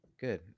good